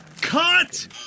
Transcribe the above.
Cut